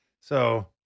So-